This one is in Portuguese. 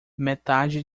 metade